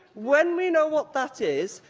when we know what that is,